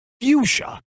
fuchsia